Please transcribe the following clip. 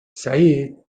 سعید